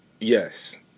yes